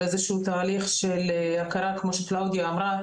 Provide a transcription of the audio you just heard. איזשהו תהליך של הכרה כמו שקלאודיה אמרה,